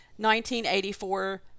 1984